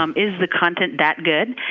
um is the content that good?